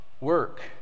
work